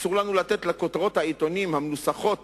אסור לנו לתת לכותרות העיתונים, המנוסחות